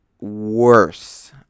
worse